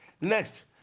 Next